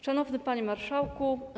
Szanowny Panie Marszałku!